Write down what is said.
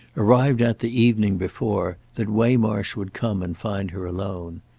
arrived at the evening before, that waymarsh would come and find her alone.